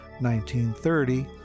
1930